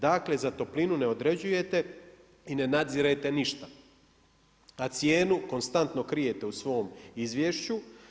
Dakle, za toplinu ne određujete i ne nadzirete ništa, a cijenu konstantno krijete u svom izvješću.